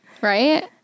right